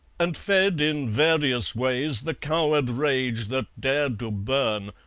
and fed in various ways the coward rage that dared to burn,